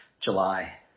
July